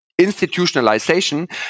institutionalization